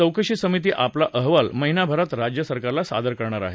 चौकशी समिती आपला अहवाल महिनाभरात राज्य सरकारला सादर करणार आहे